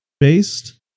based